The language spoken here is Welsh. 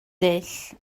dull